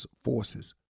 forces